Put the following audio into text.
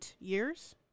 years